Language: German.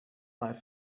bei